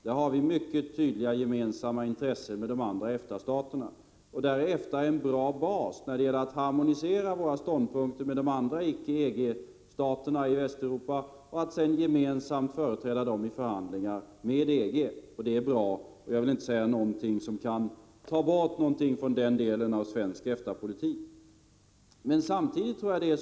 Där har vi mycket tydliga intressen gemensamt med de andra EFTA-staterna. Och EFTA är en bra bas när det gäller att harmonisera våra ståndpunkter i dessa frågor med de andra icke EG-staterna i Östeuropa och att sedan gemensamt företräda dem i förhandlingar med EG. Det är bra, och jag vill inte säga någonting som kan ta bort något från den delen av svensk 31 EFTA-politik.